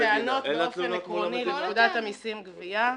יש לי את הטענות באופן עקרוני על פקודת המסים (גבייה).